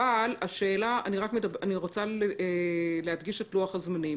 אבל אני רוצה להדגיש את לוח הזמנים